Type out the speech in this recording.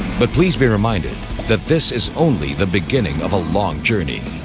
but please be reminded that this is only the beginning of a long journey